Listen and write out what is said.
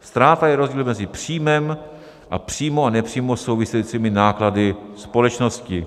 Ztráta je rozdíl mezi příjmem a přímo a nepřímo souvisejícími náklady společnosti.